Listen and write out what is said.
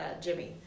Jimmy